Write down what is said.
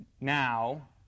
now